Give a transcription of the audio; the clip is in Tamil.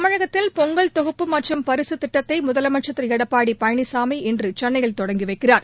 தமிழகத்தில் பொங்கல் தொகுப்பு மற்றும் பரிசுத் திட்டத்தை முதலமைச்சர் திரு எடப்பாடி பழனிசாமி இன்று சென்னையில் தொடங்கிவைக்கிறார்